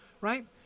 right